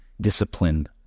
disciplined